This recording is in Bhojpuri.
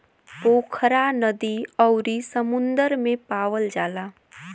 पोखरा नदी अउरी समुंदर में पावल जाला